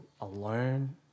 alone